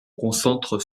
concentre